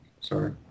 Sorry